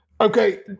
Okay